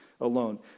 alone